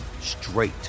straight